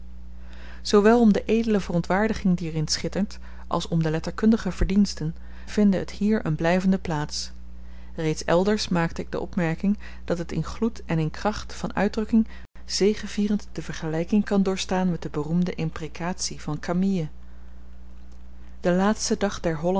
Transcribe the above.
zoowel om de edele verontwaardiging die er in schittert als om de letterkundige verdiensten vinde het hier een blyvende plaats reeds elders maakte ik de opmerking dat het in gloed en in kracht van uitdrukking zegevierend de vergelyking kan doorstaan met de beroemde imprekatie van camille de laatste dag der